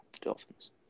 Dolphins